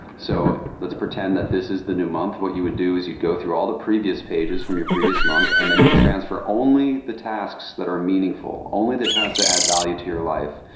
so let's pretend that this is the new month. what you would do is you'd go through all the previous pages from your previous month. and then, you transfer only the tasks that are meaningful, only the tasks that add value to your life.